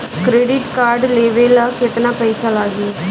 Credit card लेवे ला केतना पइसा लागी?